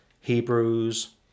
hebrews